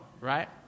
Right